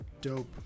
dope